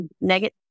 negative